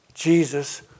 Jesus